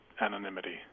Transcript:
anonymity